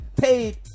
paid